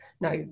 no